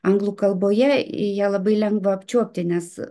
anglų kalboje ją labai lengva apčiuopti nes